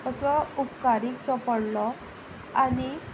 असो उपकारीकसो पडलो आनी